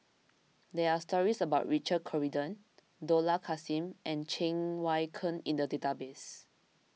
there are stories about Richard Corridon Dollah Kassim and Cheng Wai Keung in the database